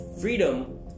freedom